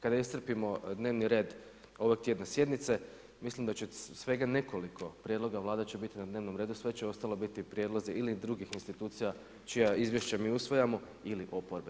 Kada iscrpimo dnevni red ovotjedne sjednice, mislim da će svega nekoliko prijedloga Vlade će biti na dnevnom redu, sve će ostalo biti prijedlozi ili drugih institucija čija izvješća mi usvajamo ili oporbe.